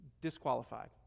Disqualified